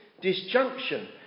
disjunction